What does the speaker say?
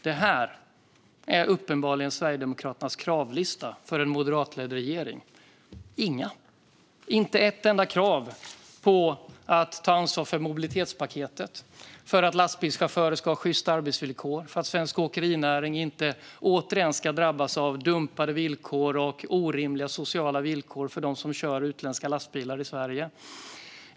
Det här som jag håller upp är uppenbarligen Sverigedemokraternas kravlista för en moderatledd regering. Här finns inga - inte ett enda - krav på att ta ansvar för mobilitetspaketet, för att lastbilschaufförer ska ha sjysta arbetsvillkor, för att svensk åkerinäring inte återigen ska drabbas av dumpade villkor och orimliga sociala villkor för dem som kör utländska lastbilar i Sverige.